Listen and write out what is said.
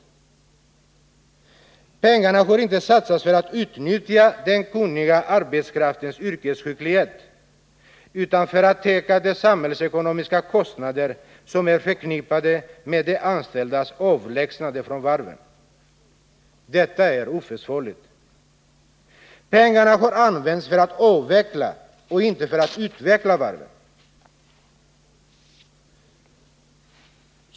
153 Pengarna har inte satsats för att utnyttja den kunniga arbetskraftens yrkesskicklighet utan för att täcka de samhällsekonomiska kostnader som är förknippade med de anställdas avlägsnande från varven. Detta är oförsvarligt. Pengarna har använts för att avveckla och inte för att utveckla varven.